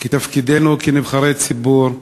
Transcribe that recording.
כי תפקידנו כנבחרי ציבור,